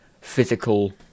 physical